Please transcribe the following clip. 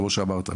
כמו שאמרת,